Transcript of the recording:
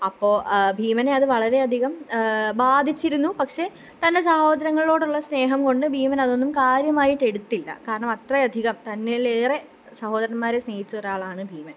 അപ്പോൾ ഭീമനെ അത് വളരെയധികം ബാധിച്ചിരുന്നു പക്ഷെ തന്റെ സഹോദരങ്ങളോടുള്ള സ്നേഹം കൊണ്ട് ഭീമനതൊന്നും കാര്യമായിട്ടെടുത്തില്ല കാരണം അത്രയധികം തന്നേലേറെ സഹോദരന്മാരെ സ്നേഹിച്ച ഒരാളാണ് ഭീമന്